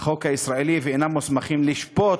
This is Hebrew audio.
החוק הישראלי ואינם מוסמכים לשפוט